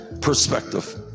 perspective